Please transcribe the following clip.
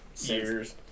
years